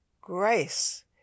Grace